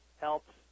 helps